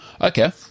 Okay